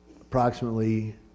approximately